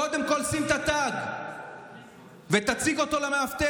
קודם כול שים את התג ותציג אותו למאבטח.